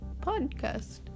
podcast